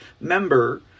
member